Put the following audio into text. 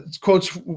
quotes